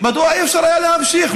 מדוע אי-אפשר היה להמשיך?